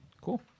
Cool